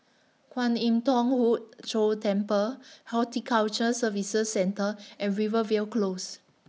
Kwan Im Thong Hood Cho Temple Horticulture Services Centre and Rivervale Close